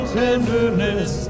tenderness